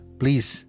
please